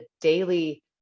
daily